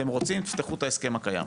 אתם רוצים תפתחו את ההסכם הקיים.